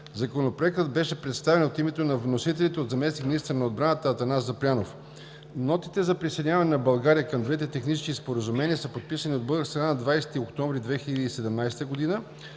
Законопроектът беше представен от името на вносителите от заместник-министъра на отбраната Атанас Запрянов. Нотите за присъединяване на България към двете технически споразумения са подписани от българска страна на 20 октомври 2017 г.